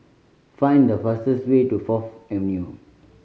find the fastest way to Fourth Avenue